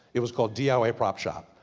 it was called diy ah ah prop shop.